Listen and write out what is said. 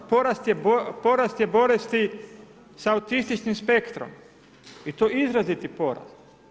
Porast je bolesti sa autističnim spektrom i to izraziti porast.